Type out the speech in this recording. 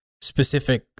specific